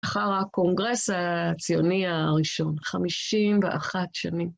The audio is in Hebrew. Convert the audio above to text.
אחר הקונגרס הציוני הראשון, חמישים ואחת שנים.